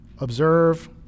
observe